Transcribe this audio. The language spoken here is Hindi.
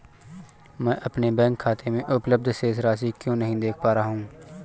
मैं अपने बैंक खाते में उपलब्ध शेष राशि क्यो नहीं देख पा रहा हूँ?